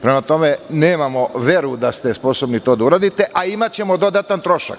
Prema tome, nemamo veru da ste sposobni da to uradite, a imaćemo dodatan trošak.